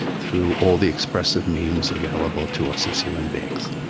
through all the expressive means available to us as human beings.